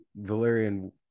valyrian